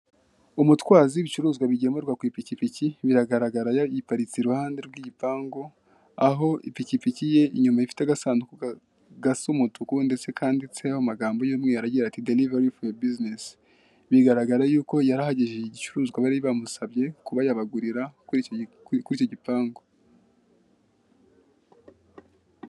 Icyapa cy'umutuku kiriho ikinyobwa gisembuye kiri mu ibara ry'icyatsi kibisi ndetse n'umuhondo, kiriho abantu batagaragara neza, yego, kirimo ikirangantego cya sikolo.